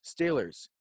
Steelers